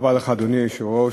אדוני היושב-ראש,